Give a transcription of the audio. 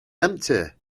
empty